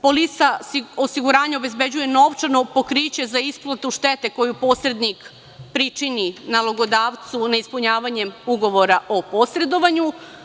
Polisa osiguranja obezbeđuje novčano pokriće za isplatu štete koju posrednik pričini nalogodavcu neispunjavanjem ugovora o posredovanju.